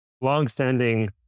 longstanding